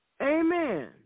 Amen